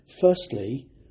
Firstly